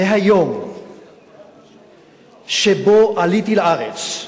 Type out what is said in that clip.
מהיום שבו עליתי לארץ,